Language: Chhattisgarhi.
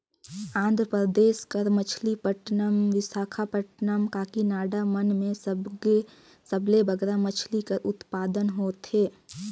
आंध्र परदेस कर मछलीपट्टनम, बिसाखापट्टनम, काकीनाडा मन में सबले बगरा मछरी कर उत्पादन होथे